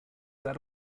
that